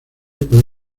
puede